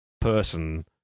person